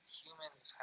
humans